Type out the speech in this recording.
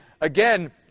again